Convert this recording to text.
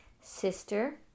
Sister